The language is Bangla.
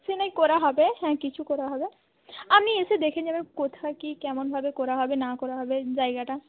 সে নয় করা হবে হ্যাঁ কিছু করা হবে আপনি এসে দেখে নেবেন কোথায় কী কেমনভাবে করা হবে না করা হবে জায়গাটা